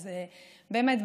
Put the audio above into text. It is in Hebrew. אז באמת,